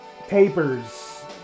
papers